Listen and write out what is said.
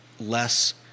less